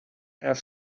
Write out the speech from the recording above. have